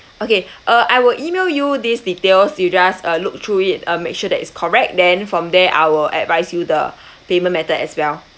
okay uh I will email you these details you just uh look through it uh make sure that it's correct then from there I will advise you the payment method as well